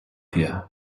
here